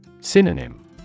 Synonym